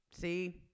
See